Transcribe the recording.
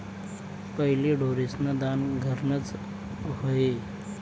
पहिले ढोरेस्न दान घरनंच र्हाये